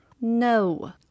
No